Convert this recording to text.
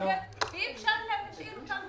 מוחשיים לאנשים,